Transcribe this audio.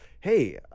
hey